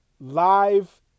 live